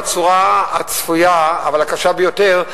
בצורה הצפויה אבל הקשה ביותר,